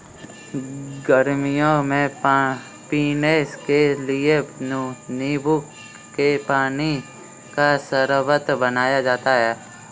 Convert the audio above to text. गर्मियों में पीने के लिए नींबू के पानी का शरबत बनाया जाता है